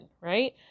right